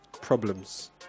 problems